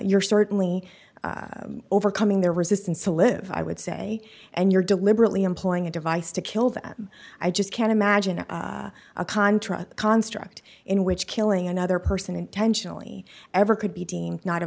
you're certainly overcoming their resistance to live i would say and you're deliberately employing a device to kill them i just can't imagine a contra construct in which killing another person intentionally ever could